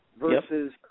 versus